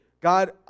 God